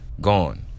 gone